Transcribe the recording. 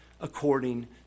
according